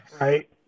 Right